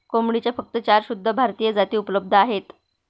कोंबडीच्या फक्त चार शुद्ध भारतीय जाती उपलब्ध आहेत